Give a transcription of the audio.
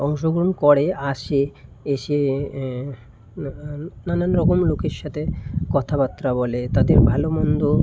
অংশগ্রহণ করে আসে এসে নানান রকম লোকের সাথে কথাবার্তা বলে তাদের ভালো মন্দ